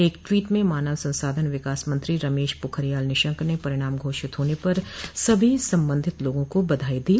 एक टवीट में मानव संसाधन विकास मंत्री रमेश पोखरियाल निशंक ने परिणाम घोषित होने पर सभी संबंधित लोगों को बधाई दी